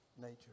nature